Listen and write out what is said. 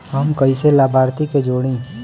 हम कइसे लाभार्थी के जोड़ी?